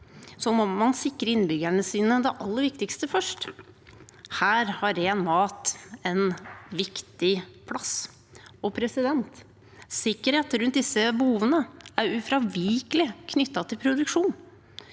må man sikre innbyggerne sine det aller viktigste først. Her har ren mat en viktig plass. Sikkerhet rundt disse behovene er ufravikelig knyttet til produksjon.